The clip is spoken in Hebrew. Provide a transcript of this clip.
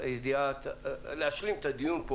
כדי להשלים כאן את הדיון,